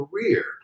career